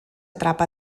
atrapa